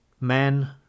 Man